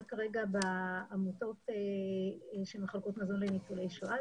כרגע בעמותות שמחלקות מזון לניצולי שואה.